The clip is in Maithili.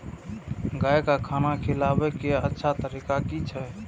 गाय का खाना खिलाबे के अच्छा तरीका की छे?